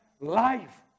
life